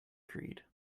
creed